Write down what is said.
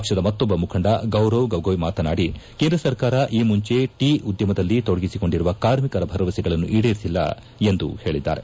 ಪಕ್ಷದ ಮತ್ತೊಬ್ಬ ಮುಖಂಡ ಗೌರವ್ ಗಗೊಯ್ ಮಾತನಾಡಿ ಕೇಂದ್ರ ಸರ್ಕಾರ ಈ ಮುಂಚೆ ಟೀ ಉದ್ಯಮದಲ್ಲಿ ತೊಡಗಿಸಿಕೊಂಡಿರುವ ಕಾರ್ಮಿಕರ ಭರವಸೆಗಳನ್ನು ಈಡೇರಿಸಿಲ್ಲ ಎಂದು ಅವರು ಹೇಳಿದ್ದಾರೆ